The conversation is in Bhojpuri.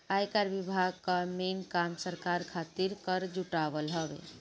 आयकर विभाग कअ मेन काम सरकार खातिर कर जुटावल हवे